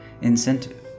incentive